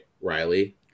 Riley